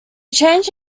change